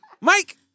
Mike